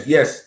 Yes